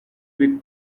with